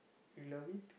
you love it